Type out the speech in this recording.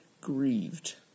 grieved